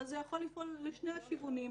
אבל זה יכול לפעול לשני הכיוונים.